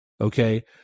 Okay